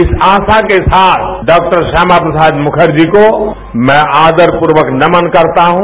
इस आशा के साथ डॉ श्यामा प्रसाद मुखर्जी जी को मैं आदरपूर्वक नमन करता हूं